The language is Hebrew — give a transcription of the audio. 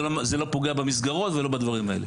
זה לא פוגע במסגרות ולא בדברים האלה.